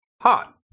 hot